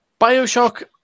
Bioshock